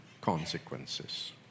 consequences